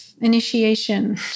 initiation